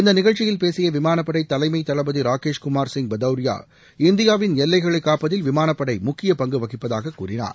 இந்த நிகழ்ச்சியில் பேசிய விமானப்படை தலைமை தளபதி ராகேஷ் குமார் சிங் பதெளியா இந்தியாவின் எல்லைகளைக் காப்பதில் விமானப்படை முக்கிய பங்கு வகிப்பதாக கூறினார்